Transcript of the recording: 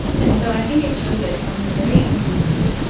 and so i think it shows that pharma is very inclusive.